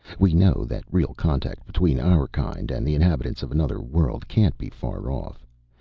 we know that real contact between our kind and the inhabitants of another world can't be far off.